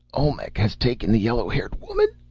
olmec has taken the yellow-haired woman!